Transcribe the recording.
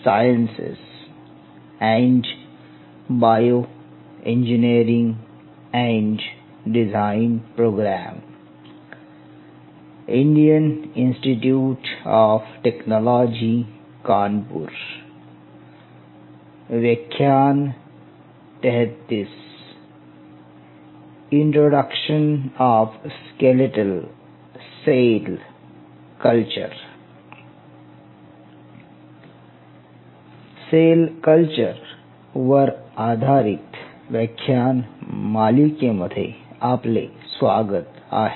sale culture वर आधारित व्याख्यान मालिकेमध्ये आपले स्वागत आहे